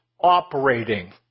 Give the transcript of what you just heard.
operating